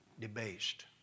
debased